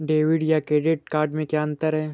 Debit या credit card में क्या अन्तर है?